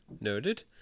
Noted